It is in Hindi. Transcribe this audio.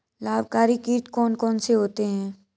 लाभकारी कीट कौन कौन से होते हैं?